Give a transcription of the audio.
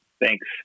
Thanks